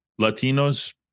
Latinos